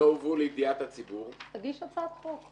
לידיעת הציבור --- תגיש הצעת חוק.